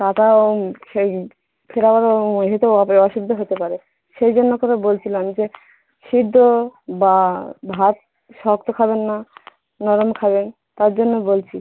কাটা সেই ফের আবার সে তো অপারে অসুবিধা হতে পারে সেই জন্য করে বলছিলাম যে সেদ্ধ বা ভাত শক্ত খাবেন না নরম খাবেন তার জন্য বলছি